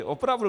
Opravdu.